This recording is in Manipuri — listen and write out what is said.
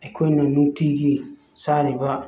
ꯑꯩꯈꯣꯏꯅ ꯅꯨꯡꯇꯤꯒꯤ ꯆꯥꯔꯤꯕ